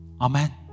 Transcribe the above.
Amen